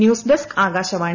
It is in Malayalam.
ന്യൂസ്ഡസ്ക് ആകാശവാണി